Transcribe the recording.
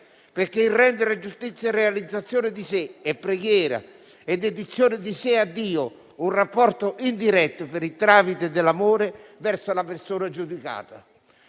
perché il rendere giustizia è realizzazione di sé, è preghiera, è dedizione di sé a Dio. Un rapporto indiretto per il tramite dell'amore verso la persona giudicata».